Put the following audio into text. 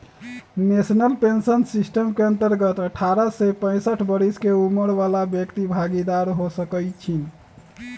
national pension system के अंतर्गत अठारह से पैंसठ बरिश के उमर बला व्यक्ति भागीदार हो सकइ छीन्ह